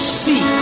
see